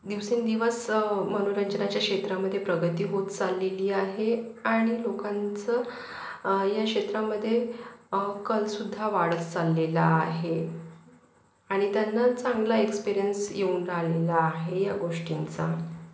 दिवसेंदिवस मनोरंजनाच्या क्षेत्रामध्ये प्रगती होत चाललेली आहे आणि लोकांचं या क्षेत्रामध्ये कलसुद्धा वाढत चाललेला आहे आणि त्यांना चांगला एक्सपिरियन्स येऊन राहिलेला आहे या गोष्टींचा